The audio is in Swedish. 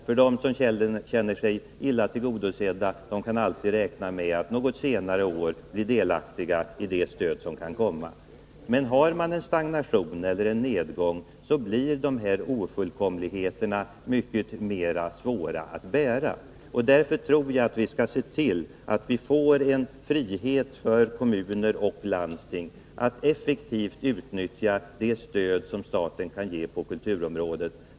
De som känner sig illa tillgodosedda kan alltid räkna med att ett senare år bli delaktiga i det stöd som kan komma. Men råder stagnation eller nedgång blir dessa ofullkomligheter mycket svårare att bära. Därför skall vi se till att få en frihet för kommuner och landsting att effektivt utnyttja det stöd som staten kan ge på kulturområdet.